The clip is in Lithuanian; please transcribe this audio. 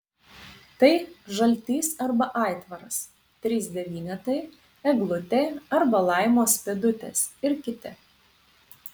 tai žaltys arba aitvaras trys devynetai eglutė arba laimos pėdutės ir kiti